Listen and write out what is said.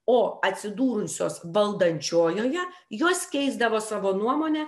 o atsidūrusios valdančiojoje jos keisdavo savo nuomonę